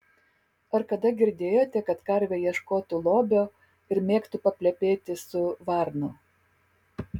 ar kada girdėjote kad karvė ieškotų lobio ir mėgtų paplepėti su varnu